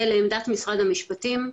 ולעמדת משרד המשפטים,